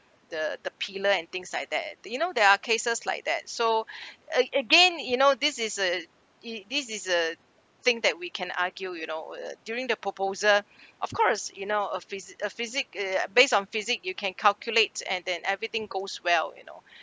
the the pillar and things like that you know there are cases like that so a~ again you know this is a it this is a thing that we can argue you know during the proposal of course you know a phys~ a physic ugh based on physic you can calculate and then everything goes well you know